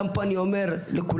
גם פה אני קורא לכולנו,